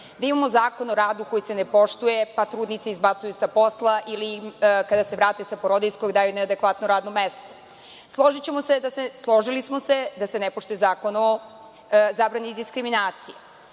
da imamo Zakon o radu koji se ne poštuje, pa trudnice izbacuju sa posla ili kada se vrate sa porodiljskog daju neadekvatno radno mesto. Složili smo se da se ne poštuje Zakon o zabrani diskriminacije.